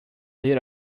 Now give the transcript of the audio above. lit